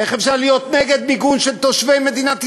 איך אפשר להיות נגד מיגון של תושבי מדינת ישראל?